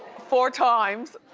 four times.